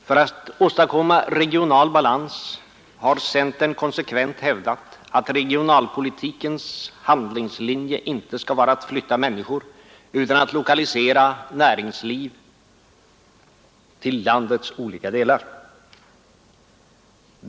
För att åstadkomma regional balans har centern konsekvent hävdat att regionalpolitikens handlingslinje inte skall vara att flytta människor utan att lokalisera näringsliv till landets olika delar.